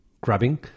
grabbing